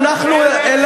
הדרך שלך היא דרך מתלהמת.